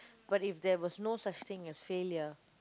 but if there was no such thing as failure